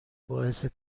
باعث